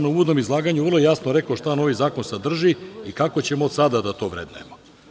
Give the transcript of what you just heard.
U uvodnom izlaganju sam vrlo jasno rekao šta novi zakon sadrži i kako ćemo od sada to da vrednujemo.